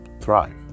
thrive